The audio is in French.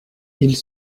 ils